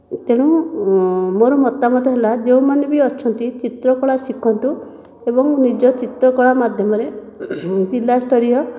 ତେଣୁ ମୋର ମତାମତ ହେଲା ଯେଉଁମାନେ ବି ଅଛନ୍ତି ଚିତ୍ରକଳା ଶିଖନ୍ତୁ ଏବଂ ନିଜ ଚିତ୍ରକଳା ମାଧ୍ୟମରେ ଜିଲ୍ଲା ସ୍ତରୀୟ